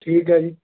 ਠੀਕ ਹੈ ਜੀ